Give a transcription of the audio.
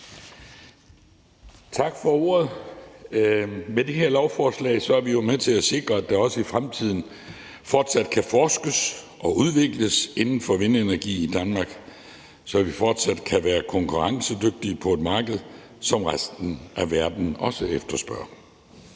Tak for ordet, formand. Med det her lovforslag er vi med til at sikre, at der også i fremtiden kan forskes og udvikles inden for vindenergi i Danmark, så vi fortsat kan være konkurrencedygtige på et marked med produkter, som resten af verden efterspørger.